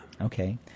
Okay